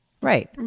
Right